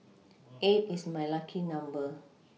eight is my lucky number